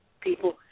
people